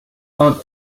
aunt